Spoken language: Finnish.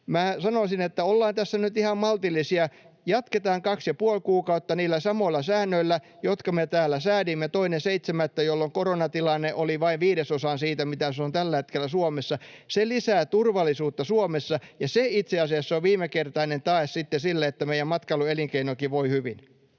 Minä sanoisin, että ollaan tässä nyt ihan maltillisia. Jatketaan kaksi ja puoli kuukautta niillä samoilla säännöillä, jotka me täällä säädimme 2.7., jolloin koronatilanne oli vain viidesosan siitä, mitä se on tällä hetkellä Suomessa. Se lisää turvallisuutta Suomessa, ja se itse asiassa on viimesijainen tae sitten sille, että meidän matkailuelinkeinommekin voi hyvin.